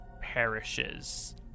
perishes